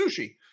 sushi